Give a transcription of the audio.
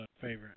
favorite